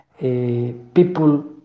people